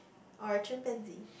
or a chimpanzee